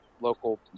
local